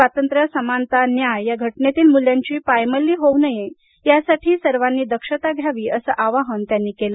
स्वातंत्र्य समानता न्याय या घटनेतील मूल्यांची पायमल्ली होऊ नये यासाठी सर्वांनी दक्षता घ्यावी असं आवाहन त्यांनी केलं